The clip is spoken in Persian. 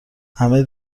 همه